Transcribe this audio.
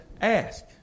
ask